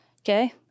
Okay